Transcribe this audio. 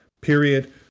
period